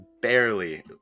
barely